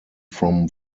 from